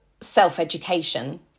self-education